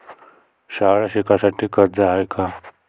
शाळा शिकासाठी कर्ज हाय का?